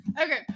Okay